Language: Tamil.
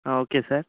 ah okay sir